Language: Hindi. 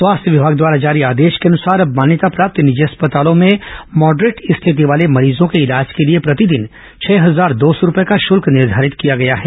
स्वास्थ्य विमाग द्वारा जारी आदेश के अनुसार अब मान्यता प्राप्त निजी अस्पतालों में मॉडरेट स्थिति वाले मरीजों के इलाज के लिए प्रतिदिन छह हजार दो सौ रूपए का शुल्क निर्धारित किया गया है